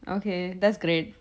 okay that's great